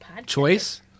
Choice